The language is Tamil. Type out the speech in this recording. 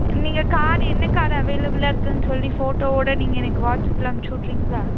நீங்கள் கார் என்ன கார் அவைலபுளாக இருக்குன்னு சொல்லி ஃபோட்டோவோடு நீங்கள் எனக்கு வாட்ஸ்ஆப்பில் அனுப்பிச்சி விட்றீங்களா